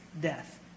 death